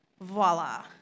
Voila